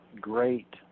great